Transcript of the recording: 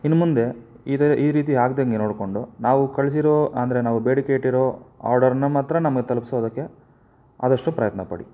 ಇನ್ನುಮುಂದೆ ಇದೇ ಈ ರೀತಿ ಆಗದಂಗೆ ನೋಡಿಕೊಂಡು ನಾವು ಕಳಿಸಿರೋ ಅಂದರೆ ನಾವು ಬೇಡಿಕೆ ಇಟ್ಟಿರೋ ಆರ್ಡರನ್ನ ಮಾತ್ರ ನಮಗೆ ತಲುಪ್ಸೋದಕ್ಕೆ ಆದಷ್ಟು ಪ್ರಯತ್ನ ಪಡಿ